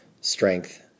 strength